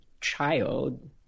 child